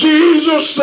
Jesus